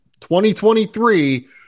2023